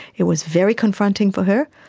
it was very confronting for her,